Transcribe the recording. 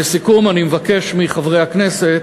לסיכום, אני מבקש מחברי הכנסת